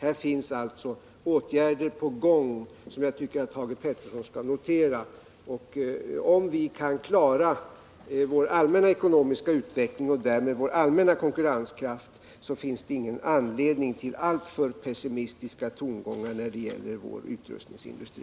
Här finns alltså åtgärder på gång, och jag tycker att Thage Peterson skall notera dem. Om vi kan klara vår allmänna ekonomiska utveckling och därmed vår allmänna konkurrenskraft, finns det ingen anledning till alltför pessimistiska tongångar när det gäller vår utrustningsindustri.